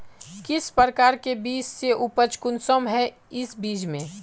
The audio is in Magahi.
किस प्रकार के बीज है उपज कुंसम है इस बीज में?